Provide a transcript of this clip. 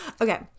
Okay